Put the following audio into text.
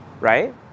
right